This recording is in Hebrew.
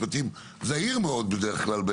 שהוא בדרך כלל זהיר מאוד בהגדרות,